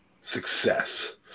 success